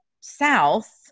South